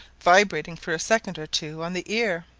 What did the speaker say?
vibrating for a second or two on the ear.